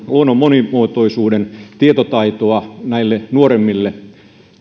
luonnon monimuotoisuuden tietotaitoa näille nuoremmille